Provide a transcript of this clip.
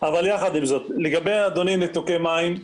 לגבי ניתוקי מים,